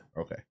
Okay